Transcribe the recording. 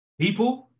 people